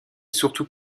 surtout